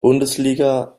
bundesliga